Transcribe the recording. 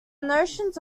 notions